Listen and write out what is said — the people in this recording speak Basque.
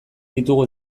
ditugu